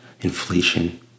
Inflation